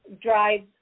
drives